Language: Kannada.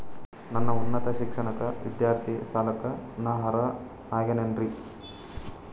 ನನ್ನ ಉನ್ನತ ಶಿಕ್ಷಣಕ್ಕ ವಿದ್ಯಾರ್ಥಿ ಸಾಲಕ್ಕ ನಾ ಅರ್ಹ ಆಗೇನೇನರಿ?